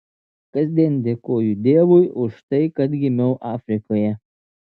kasdien dėkoju dievui už tai kad gimiau afrikoje